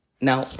Now